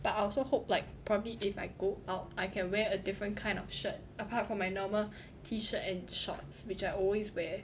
but I also hope like probably if I go out I can wear a different kind of shirt apart from my normal t-shirt and shorts which I always wear